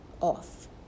off